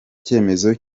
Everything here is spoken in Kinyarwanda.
icyemezo